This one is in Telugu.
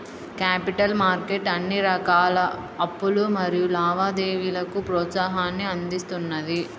క్యాపిటల్ మార్కెట్ అన్ని రకాల అప్పులు మరియు లావాదేవీలకు ప్రోత్సాహాన్ని అందిస్తున్నది